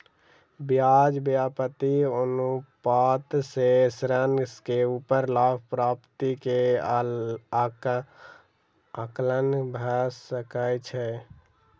ब्याज व्याप्ति अनुपात सॅ ऋण के ऊपर लाभ प्राप्ति के आंकलन भ सकै छै